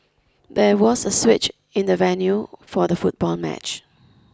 there was a switch in the venue for the football match